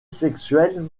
sexuelle